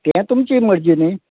तें तुमची मर्जी न्ही